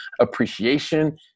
appreciation